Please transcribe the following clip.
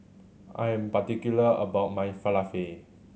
I am particular about my Falafel